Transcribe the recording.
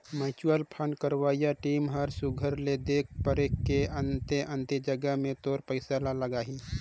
mutual fund करवइया team ह सुग्घर ले देख परेख के अन्ते अन्ते जगहा में तोर पइसा ल लगाहीं